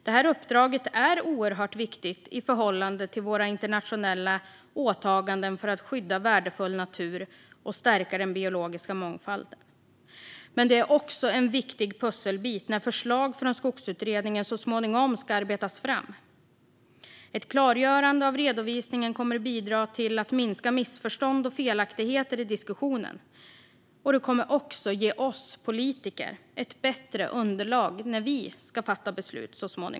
Detta uppdrag är oerhört viktigt i förhållande till våra internationella åtaganden för att skydda värdefull natur och stärka den biologiska mångfalden, men det är också en viktig pusselbit när förslag från Skogsutredningen så småningom ska arbetas fram. Ett klargörande av redovisningen kommer att bidra till att minska missförstånd och felaktigheter i diskussionen och ge oss politiker ett bättre underlag när vi så småningom ska fatta beslut.